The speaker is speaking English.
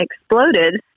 exploded